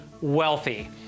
wealthy